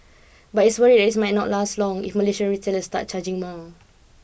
but he is worried might not last long if Malaysian retailers start charging more